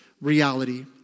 reality